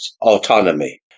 autonomy